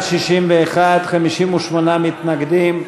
מתנגדים.